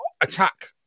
attack